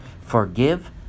Forgive